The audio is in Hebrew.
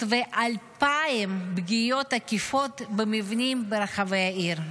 ו-2,000 פגיעות עקיפות במבנים ברחבי העיר.